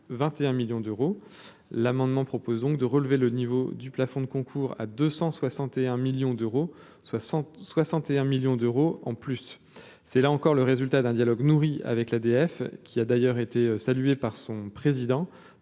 21 millions d'euros, l'amendement proposant de relever le niveau du plafond de concours à 261 millions d'euros, soit 161 millions d'euros en plus c'est là encore le résultat d'un dialogue nourri avec l'ADF, qui a d'ailleurs été saluées par son président,